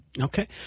Okay